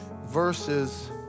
verses